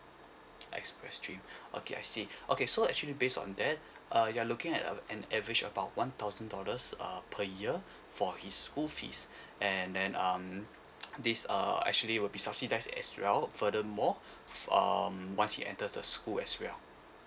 express stream okay I see okay so actually based on that uh you are looking at uh an average about one thousand dollars uh per year for his school fees and then um this uh actually will be subsidized as well furthermore um once he enter the school as well